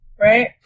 Right